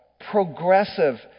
progressive